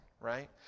right